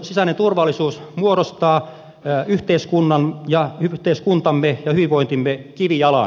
sisäinen turvallisuus muodostaa yhteiskuntamme ja hyvinvointimme kivijalan